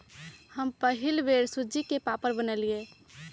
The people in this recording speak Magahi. हम पहिल बेर सूज्ज़ी के पापड़ बनलियइ